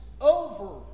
over